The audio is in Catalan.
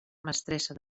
mestressa